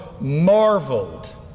marveled